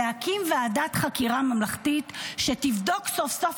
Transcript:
להקים ועדת חקירה ממלכתית שתבדוק סוף-סוף